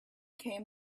came